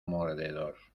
mordedor